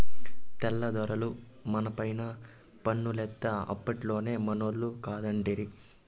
తెల్ల దొరలు మనపైన పన్నులేత్తే అప్పట్లోనే మనోళ్లు కాదంటిరి